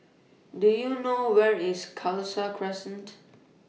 Do YOU know Where IS Khalsa Crescent